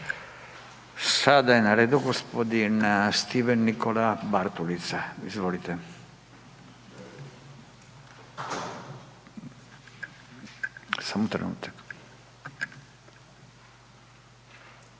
Sada je na redu gospodin Stephen Nikola Bartulica. Izvolite, samo trenutak.